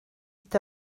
est